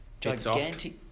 Gigantic